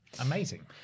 amazing